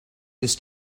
ist